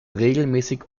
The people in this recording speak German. regelmäßig